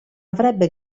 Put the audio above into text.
avrebbe